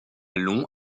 long